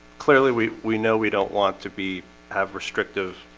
clearly we we know we don't want to be have restrictive